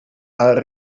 als